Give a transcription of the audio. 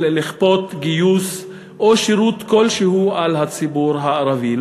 לכפות גיוס או שירות כלשהו על הציבור הערבי.